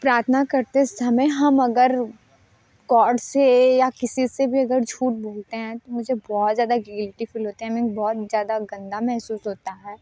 प्रार्थना करते समय हम अगर गॉड से या किसी से भी अगर झूठ बोलते हैं तो मुझे बहुत ज़्यादा गिल्टी फ़ील होते हैं हमें बहुत ज़्यादा गंदा महसूस होता है